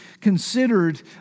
considered